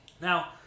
Now